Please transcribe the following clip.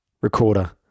recorder